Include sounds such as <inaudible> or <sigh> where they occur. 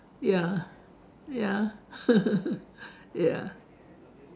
ya ya <laughs> ya